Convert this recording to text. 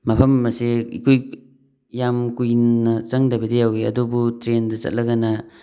ꯃꯐꯝ ꯑꯁꯦ ꯏꯀꯨꯏ ꯌꯥꯝ ꯀꯨꯏꯅ ꯆꯪꯗꯕꯤꯗ ꯌꯧꯋꯤ ꯑꯗꯨꯕꯨ ꯇ꯭ꯔꯦꯟꯗ ꯆꯠꯂꯒꯅ